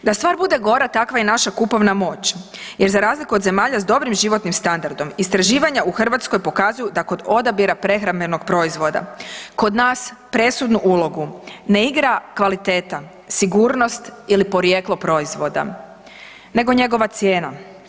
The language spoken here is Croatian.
Da stvar bude gora, takva je i naša kupovna moć jer za razliku od zemalja s dobrim životnim standardom, istraživanja u Hrvatskoj pokazuju da kod odabira prehrambenog proizvoda, kod nas presudnu ulogu ne igra kvaliteta, sigurnost ili porijeklo proizvoda nego njegova cijena.